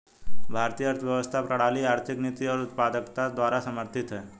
भारतीय अर्थव्यवस्था प्रणाली आर्थिक नीति और उत्पादकता द्वारा समर्थित हैं